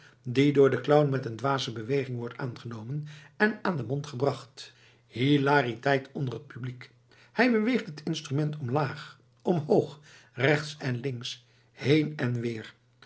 die door den clown met een dwaze beweging wordt aangenomen en aan den mond gebracht hilariteit onder het publiek hij beweegt het instrument omlaag omhoog rechts en links heen en weer